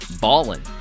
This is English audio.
Ballin